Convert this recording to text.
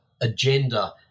agenda